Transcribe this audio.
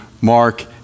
Mark